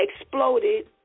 exploded